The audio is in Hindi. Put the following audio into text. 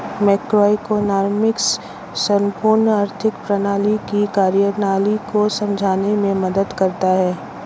मैक्रोइकॉनॉमिक्स संपूर्ण आर्थिक प्रणाली की कार्यप्रणाली को समझने में मदद करता है